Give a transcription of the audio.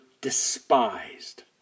despised